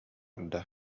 турда